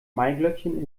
maiglöckchen